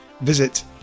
visit